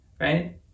right